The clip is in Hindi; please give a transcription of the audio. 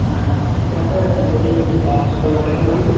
हाँ क्या सर मेरी बात सुपर मार्केट में हो रही है